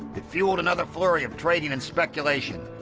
it fuelled another flurry of trading and speculation.